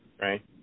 Right